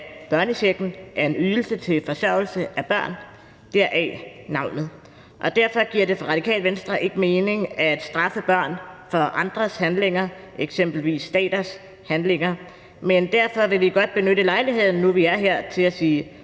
at børnechecken er en ydelse til forsørgelse af børn – deraf navnet, og derfor giver det for Det Radikale Venstre ikke mening at straffe børn for andres handlinger, eksempelvis staters handlinger. Men alligevel vil vi godt benytte lejligheden nu, hvor vi er her, til at sige